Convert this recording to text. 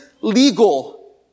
legal